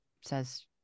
says